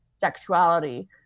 sexuality